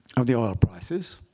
of the oil prices.